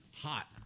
hot